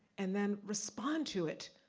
and then respond to it,